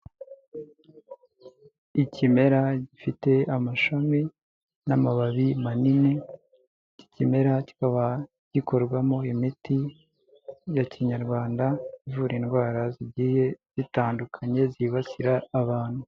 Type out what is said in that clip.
Ikimera gifite amashami n'amababi manini kikimera kikaaba gikorwamo imiti ya kinyarwanda ivura indwara zigiye zitandukanye zibasira abantu.